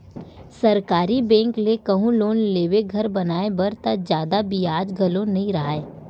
सरकारी बेंक ले कहूँ लोन लेबे घर बनाए बर त जादा बियाज घलो नइ राहय